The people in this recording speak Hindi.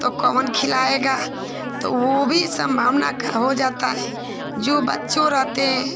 तो कौन खिलाएगा तो वह भी सम्भावना का हो जाता है जो बच्चे रहते हैं